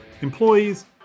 employees